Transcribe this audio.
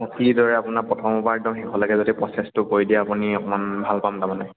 অঁ কিদৰে আপোনাৰ প্ৰথমৰ পৰা একদম শেষলৈকে যদি প্ৰচেছটো কৈ দিয়ে আপুনি অকণমান ভাল পাম তাৰমানে